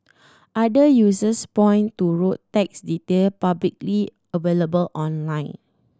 other users point to road tax detail publicly available online